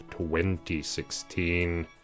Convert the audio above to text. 2016